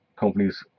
companies